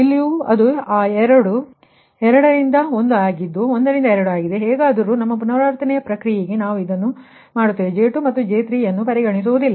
ಆದ್ದರಿಂದ ಇಲ್ಲಿಯೂ ಅದು ಆ 2 ರಿಂದ 1 ಆಗಿದ್ದು 1 ರಿಂದ 2 ಆಗಿದೆ ಆದರೆ ಹೇಗಾದರೂ ನಮ್ಮ ಪುನರಾವರ್ತನೆ ಪ್ರಕ್ರಿಯೆಗೆ ನಾವು ಇದನ್ನು ಮಾಡುತ್ತೇವೆ ಮತ್ತು ಈ J2 ಮತ್ತು J3 ಯನ್ನು ಪರಿಗಣಿಸುವುದಿಲ್ಲ